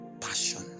passion